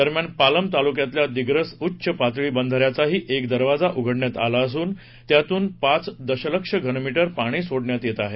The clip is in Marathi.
दरम्यान पालम तालुक्यातल्या दिग्रस उच्च पातळी बंधाऱ्याचाही एक दरवाजा उघडण्यात आला असून त्यातून पाच दशलक्ष घनमीटर पाणी सोडण्यात येत आहे